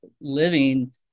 living